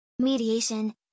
Mediation